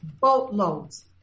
boatloads